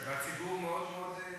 והציבור מאוד מודה,